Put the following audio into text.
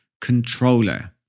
controller